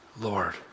Lord